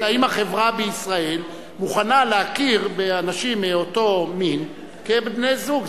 האם החברה בישראל מוכנה להכיר באנשים מאותו מין כבני-זוג?